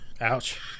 Ouch